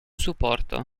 supporto